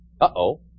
Uh-oh